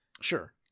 Sure